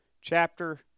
chapter